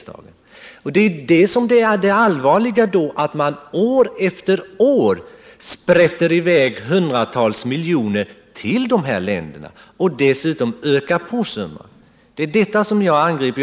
Det allvarliga är att man år efter år sprätter i väg hundratals miljoner till de här länderna — och dessutom ökar på summan. Det är detta jag angriper.